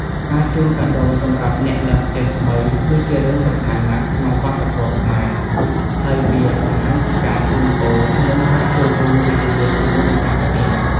ការជូនកាដូសម្រាប់អ្នកឡើងផ្ទះថ្មី គឺជារឿងសំខាន់ណាស់ក្នុងវប្បធម៌ខ្មែរ ហើយវាបង្ហាញពីការជូនពរ និងការចូលរួមរីករាយជាមួយម្ចាស់ផ្ទះ។